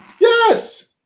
Yes